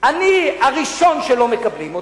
אני הראשון שלא מקבלים,